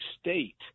state